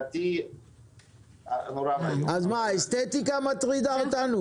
את העניין כי אף אחד לא יערבב בין קרקע לבינוי.